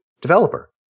developer